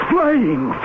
Flying